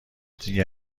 دیگه